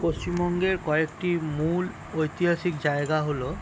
পশ্চিমবঙ্গের কয়েকটি মূল ঐতিহাসিক জায়গা হলো